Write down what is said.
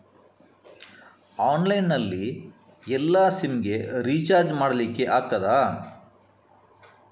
Online ನಲ್ಲಿ ಎಲ್ಲಾ SIM ಗೆ ರಿಚಾರ್ಜ್ ಮಾಡಲಿಕ್ಕೆ ಆಗ್ತದಾ?